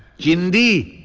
chindi!